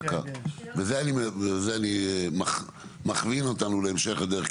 וזה אני מכווין אותנו להמשך הדרך,